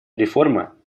реформа